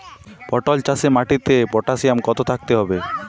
পটল চাষে মাটিতে পটাশিয়াম কত থাকতে হবে?